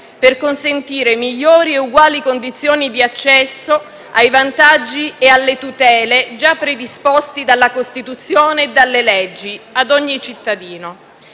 per consentire migliori e uguali condizioni di accesso ai vantaggi e alle tutele già predisposte dalla Costituzione e dalle leggi a ogni cittadino.